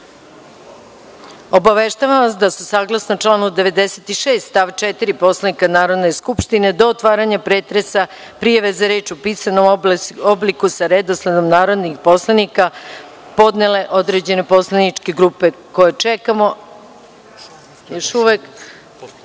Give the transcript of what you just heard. reč? Obaveštavam vas da su saglasno članu 96. stav 4. Poslovnika Narodne skupštine do otvaranja pretresa prijave za reč u pisanom obliku sa redosledom narodnih poslanika podnele određene poslaničke grupe. Reč ima